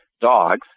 dogs